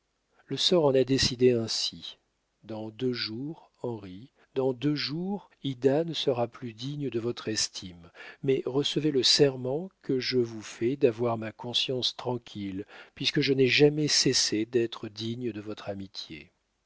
le sort en a désidé ainci dans deux jours henry dans deux jours ida ne cera plus digne de votre estime mais recevez le serment que je vous fais d'avoir ma conscience tranquille puisque je n'ai jamais sésé d'être digne de votre amitié